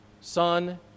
son